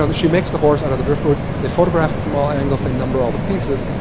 ah she makes the horse out of the driftwood. they photograph it from all angles. they number all the pieces.